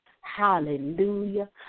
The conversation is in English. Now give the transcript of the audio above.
Hallelujah